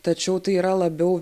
tačiau tai yra labiau